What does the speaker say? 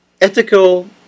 ethical